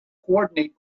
coordinate